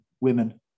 women